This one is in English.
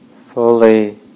fully